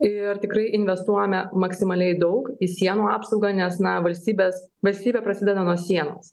ir tikrai investuojame maksimaliai daug į sienų apsaugą nes na valstybės valstybė prasideda nuo sienos